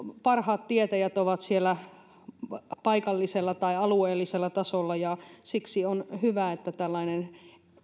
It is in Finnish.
parhaat tietäjät ovat paikallisella tai alueellisella tasolla ja siksi on hyvä että tällainen